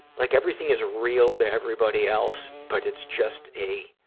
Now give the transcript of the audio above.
like everything is real to everybody else, but it's just a,